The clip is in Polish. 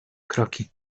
kroki